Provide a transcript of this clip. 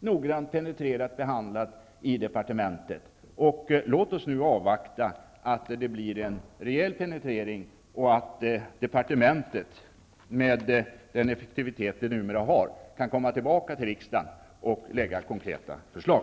noggrant penetrerade och behandlade, kommer de att bli det i departementet. Låt oss därför avvakta en rejäl penetrering. Sedan får departementet, med den effektivitet som det numera har, återkomma till riksdagen med konkreta förslag.